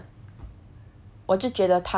so like eh don't know lah